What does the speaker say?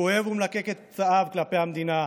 כואב ומלקק את פצעיו כלפי המדינה,